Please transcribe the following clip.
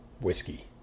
whiskey